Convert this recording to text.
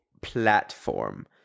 platform